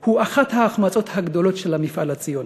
הוא אחת ההחמצות הגדולות של המפעל הציוני.